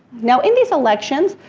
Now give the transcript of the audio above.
now, in these elections,